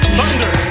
Thunder